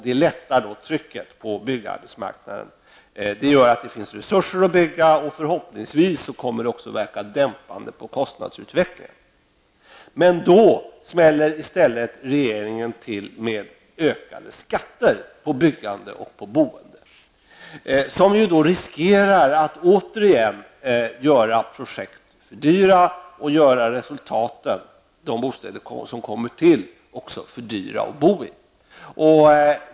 Det lättar trycket på byggarbetsmarknaden. Det gör att det finns resurser att bygga. Förhoppningsvis kommer det också att verka dämpande på kostnadsutvecklingen. Då smäller regeringen i stället till med ökade skatter på byggande och boende, vilket medför risken att projekt återigen blir för dyra och resultaten -- de bostäder som kommer till -- för dyra att bo i.